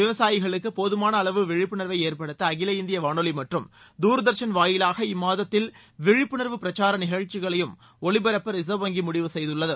விவசாயிகளுக்கு போதுமான அளவு விழிப்புணர்வை ஏற்படுத்த அகில இந்திய வானொலி மற்றும் தூர்தர்ஷன் வாயிலாக இம்மாதத்தில் விழிப்புணர்வு பிரச்சார நிகழ்ச்சிகளையும் ஒலிபரப்ப ரிசர்வ் வங்கி முடிவு செய்துள்ளது